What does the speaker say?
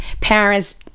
parents